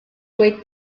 dweud